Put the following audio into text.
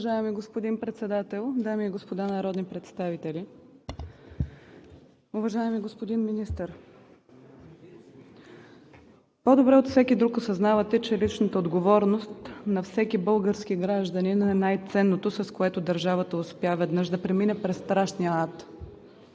Уважаеми господин Председател, дами и господа народни представители! Уважаеми господин Министър, по-добре от всеки друг осъзнавате, че личната отговорност на всеки български гражданин е най-ценното, с което държавата успя веднъж да премине през страшния ад.